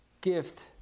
gift